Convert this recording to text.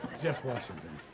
jess washington.